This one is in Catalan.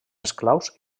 esclaus